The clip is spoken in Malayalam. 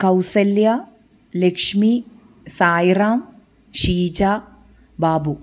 കൗസല്യ ലക്ഷ്മി സായ്റാം ഷീജ ബാബു